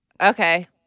Okay